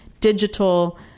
digital